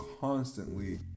constantly